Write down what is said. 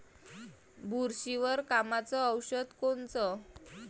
बुरशीवर कामाचं औषध कोनचं?